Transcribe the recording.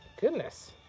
Goodness